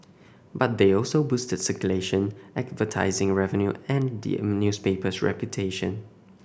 but they also boosted circulation advertising revenue and the newspaper's reputation